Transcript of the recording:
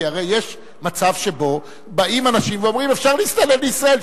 כי הרי יש מצב שבו באים אנשים ואומרים: אפשר להסתנן לישראל,